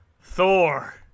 Thor